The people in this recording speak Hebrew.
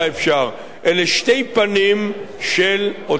אלה שתי פנים של אותה אמירה.